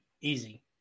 easy